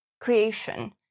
creation